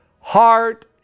heart